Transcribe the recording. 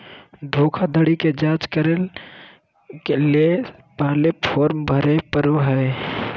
धोखाधड़ी के जांच करय ले पहले फॉर्म भरे परय हइ